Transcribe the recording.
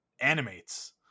animates